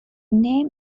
name